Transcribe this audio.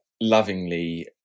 lovingly